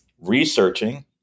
researching